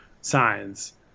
signs